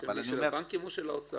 של הבנקים או של האוצר?